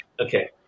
Okay